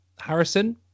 Harrison